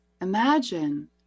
imagine